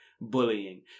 bullying